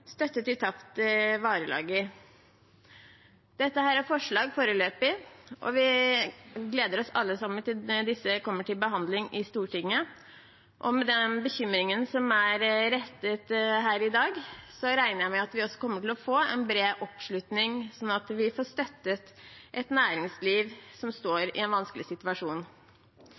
støtte til tapt varelager Dette er foreløpig kun forslag, og vi gleder oss alle sammen til at de kommer til behandling i Stortinget. Og med den bekymringen som er uttrykt her i dag, regner jeg med at vi kommer til å få en bred oppslutning, slik at vi får støttet et næringsliv som står i en vanskelig situasjon.